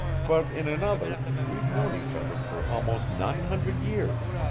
but in another, we've known each other for almost nine hundred years.